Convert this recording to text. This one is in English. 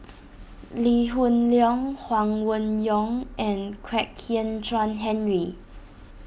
Lee Hoon Leong Huang Wenhong and Kwek Hian Chuan Henry